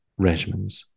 regimens